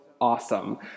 awesome